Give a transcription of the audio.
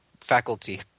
faculty